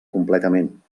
completament